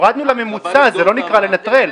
הורדנו לממוצע, זה לא נקרא לנטרל.